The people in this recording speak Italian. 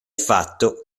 fatto